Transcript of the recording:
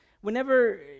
whenever